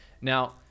Now